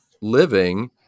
living